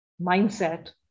mindset